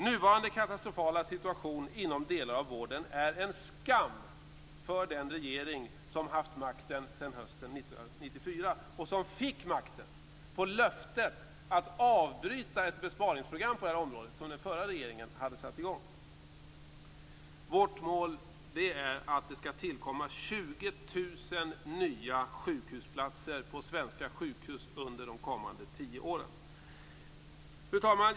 Nuvarande katastrofala situation inom delar av vården är en skam för den regering som haft makten sedan hösten 1994, och som fick makten efter löften att avbryta ett besparingsprogram på det här området som den förra regeringen hade satt i gång! Vårt mål är att det skall tillkomma 20 000 nya sjukhusplatser på svenska sjukhus under de kommande tio åren. Fru talman!